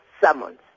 summons